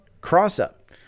cross-up